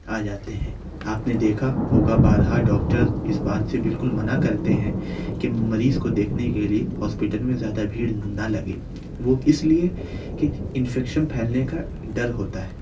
آ جاتے ہیں آپ نے دیکھا ہوگا بارہا ڈاکٹر اِس بات سے بالکل منع کرتے ہیں کہ مریض کو دیکھنے کے لیے ہاسپیٹل میں زیادہ بھیڑ نہ لگے وہ اِس لیے کہ انفیکشن پھیلنے کا ڈر ہوتا ہے